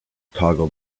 toggle